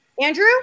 andrew